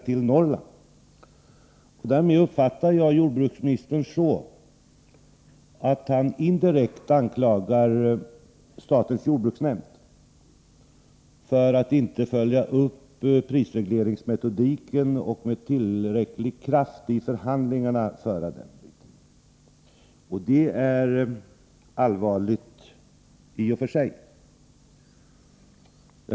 Jag uppfattar detta som att jordbruksministern indirekt anklagar statens jordbruksnämnd för att inte följa upp prisregleringsmetodiken och föra förhandlingarna i det avseendet med tillräcklig kraft. Det är allvarligt i och för sig.